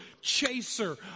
chaser